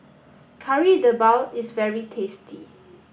Kari Debal is very tasty